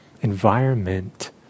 environment